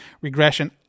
regression